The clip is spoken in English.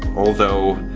although.